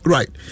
Right